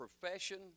profession